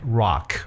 rock